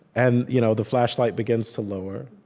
and you know the flashlight begins to lower,